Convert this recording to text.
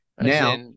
Now